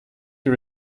her